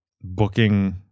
booking